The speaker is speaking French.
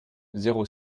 zéro